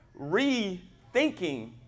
rethinking